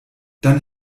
dann